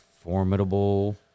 formidable